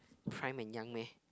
prime and young meh